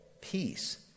peace